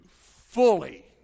fully